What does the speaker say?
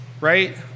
right